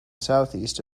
southeast